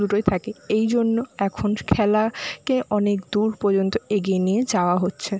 দুটোই থাকে এই জন্য এখন খেলা কে অনেক দূর পর্যন্ত এগিয়ে নিয়ে যাওয়া হচ্ছে